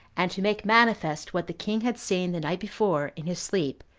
and to make manifest what the king had seen the night before in his sleep,